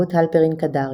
רות הלפרין-קדרי,